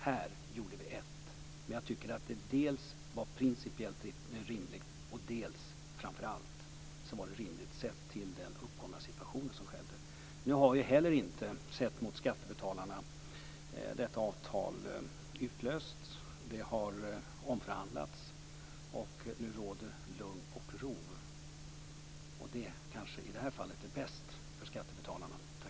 Här gjorde vi ett, men jag tycker att det dels var principiellt rimligt, dels - och framför allt - rimligt med tanke på den uppkomna situationen. Vad gäller skattebetalarna har ju detta avtal inte heller utlösts. Det har omförhandlats, och nu råder lugn och ro - och det kanske i det här fallet är bäst för skattebetalarna. Tack!